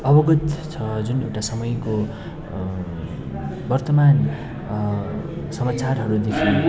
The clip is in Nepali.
अवगत छ जुन एउटा समयको वर्तमान समाचारहरूदेखि